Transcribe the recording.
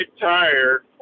tire